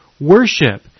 worship